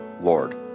Lord